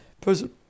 person